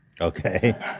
Okay